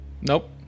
Nope